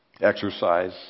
exercise